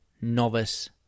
novice